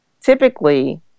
typically